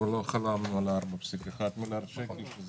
ולא חלמנו על 4.1 מיליארד שקל.